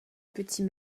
petit